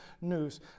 news